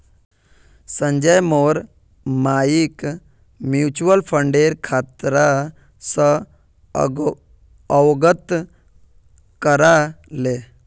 संजय मोर मइक म्यूचुअल फंडेर खतरा स अवगत करा ले